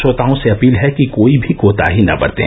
श्रोताओं से अपील है कि कोई भी कोताही न बरतें